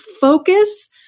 focus